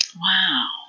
Wow